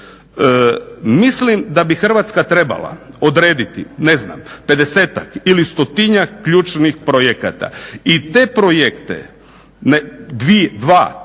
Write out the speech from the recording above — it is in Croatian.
Mislim da bi Hrvatska trebala odrediti 50-tak ili stotinjak ključnih projekata i te projekte ne dvi, dva,